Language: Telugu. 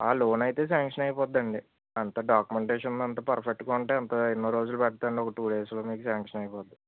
ఆ లోన్ అయితే శాంక్షన్ అయిపోద్దండి అంతా డాక్యుమెంటేషన్ అంతా పర్ఫెక్ట్గా ఉంటే అంతా ఎన్నో రోజులు పట్టదు అండి ఒక టూ డేస్లో మీకు శాంక్షన్ అయిపోతుంది